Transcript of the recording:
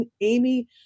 Amy